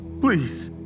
Please